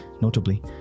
Notably